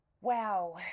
wow